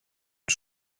ein